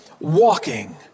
walking